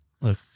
Look